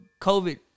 COVID